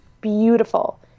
beautiful